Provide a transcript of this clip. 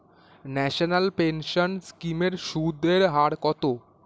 National pension scheme এর সুদের হার কত?